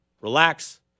Relax